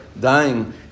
dying